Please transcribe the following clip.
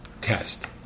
Test